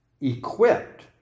equipped